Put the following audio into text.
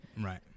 Right